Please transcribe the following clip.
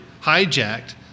hijacked